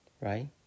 Right